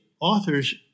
authors